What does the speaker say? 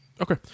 Okay